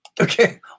Okay